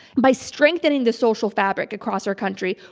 by strengthening the social fabric across our country,